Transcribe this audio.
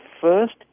first